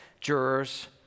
jurors